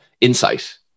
insight